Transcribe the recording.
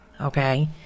okay